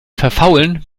verfaulen